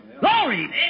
Glory